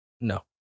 No